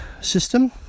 system